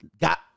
got